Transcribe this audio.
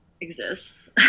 exists